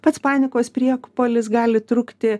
pats panikos priepuolis gali trukti